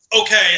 okay